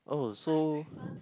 oh so